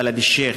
בלד-א-שיח'.